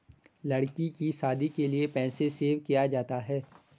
लड़की की शादी के लिए पैसे सेव किया जाता है